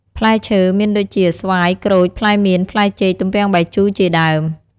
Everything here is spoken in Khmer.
ផ្លែឈើមានដូចជា ស្វាយ ក្រូច ផ្លែមៀន ផ្លែចេក ទំពាំងបាយជូរ ជាដើម។